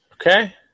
Okay